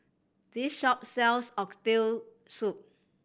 this shop sells Oxtail Soup